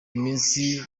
imisi